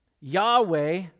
Yahweh